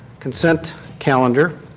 consent calendar.